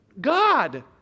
God